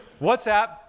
WhatsApp